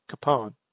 Capone